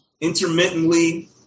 intermittently